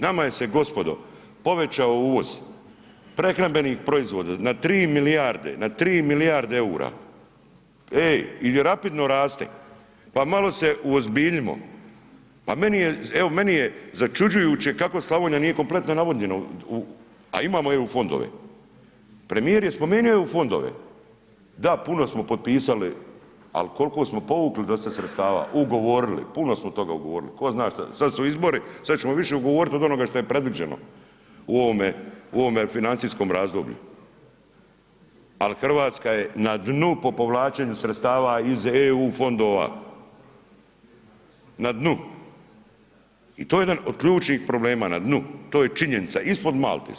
Nama je se gospodo povećao uvoz prehrambenih proizvoda na 3 milijarde eura, ej i rapidno raste pa malo se uozbiljimo, pa meni je, evo meni je začuđujuće kako Slavonija nije kompletno navodnjena u, a imamo EU fondove, premijer je spomenuo EU fondove, da puno smo potpisali, al kolko smo povukli dosad sredstava, ugovorili, puno smo toga ugovorili, ko zna šta, sad su izbori, sad ćemo više ugovorit od onoga što je predviđeno u ovome, u ovome financijskom razdoblju, al RH je na dnu po povlačenju sredstava iz EU fondova, na dnu i to je jedan od ključnih problema, na dnu, to je činjenica, ispod Malte smo.